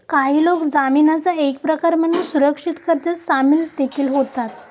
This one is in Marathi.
काही लोक जामीनाचा एक प्रकार म्हणून सुरक्षित कर्जात सामील देखील होतात